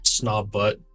Snobbutt